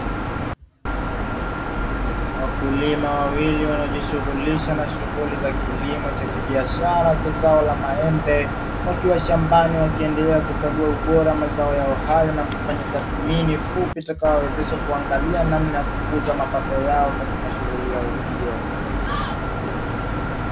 Wakulima wawili wanaojishughulisha na shughuli za kilimo cha kibiashara cha zao la maembe, wakiwa shambani wakiendelea kukagua ubora wa mazao yao hayo na kufanya tathmini fupi, itakayowezesha kuangalia namna ya kukuza mapato yao katika shughuli yao hiyo.